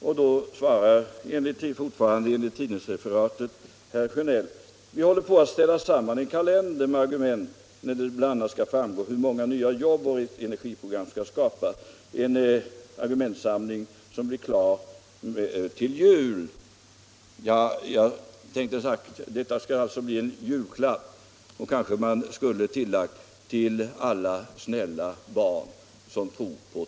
På det svarade herr Sjönell, fortfarande enligt tidningsreferatet: Vi håller på att ställa samman en kalender med argument, av vilken bl.a. skall framgå hur många nya jobb centerns energiprogram skall skapa. Denna argumentsamling skall bli klar till jul. Min reflexion var att det skall alltså bli en julklapp — till alla snälla barn som tror på tomten, kanske man bör tillägga.